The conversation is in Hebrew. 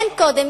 אין קודם.